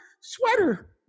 sweater